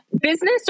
Business